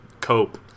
cope